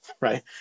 right